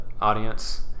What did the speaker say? audience